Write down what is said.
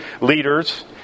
leaders